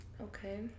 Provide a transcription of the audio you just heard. Okay